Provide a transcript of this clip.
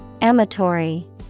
Amatory